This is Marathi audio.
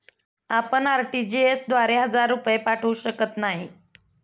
आपण आर.टी.जी.एस द्वारे हजार रुपये पाठवू शकत नाही